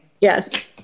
Yes